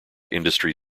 industry